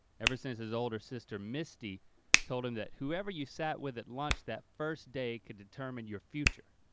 ever since his older sister misty told him that whoever you sat with at lunch that first day could determine your future.